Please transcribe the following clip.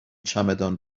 چمدان